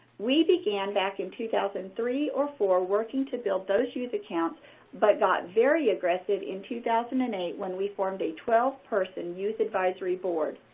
we began, back in two thousand and three or four, working to build those youth accounts but got very aggressive in two thousand and eight when we formed a twelve person youth advisory board.